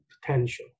potential